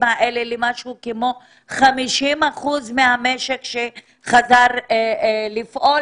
האלה למשהו כמו 50% מהמשק שחזר לפעול,